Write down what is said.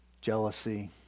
jealousy